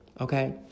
okay